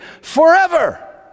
forever